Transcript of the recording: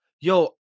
Yo